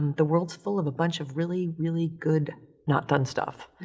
the world is full of a bunch of really, really good not done stuff.